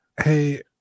hey